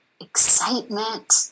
excitement